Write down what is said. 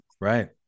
Right